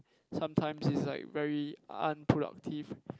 sometimes is like very unproductive